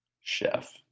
Chef